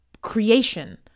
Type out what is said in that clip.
creation